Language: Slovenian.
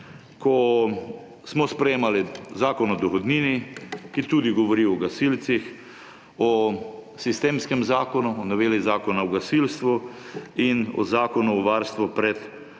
ko smo sprejemali Zakon o dohodnini, ki tudi govori o gasilcih, o sistemskem zakonu, o noveli Zakona o gasilstvu in o Zakonu o varstvu pred